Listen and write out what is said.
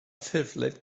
ffurflen